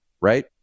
right